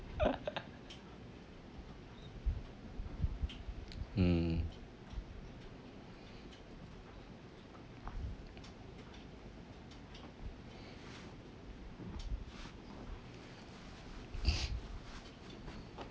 um